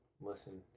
listen